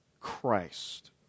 Christ